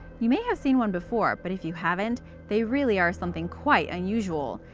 you may have seen one before, but if you haven't they really are something quite unusual.